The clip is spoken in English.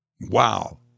Wow